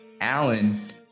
Alan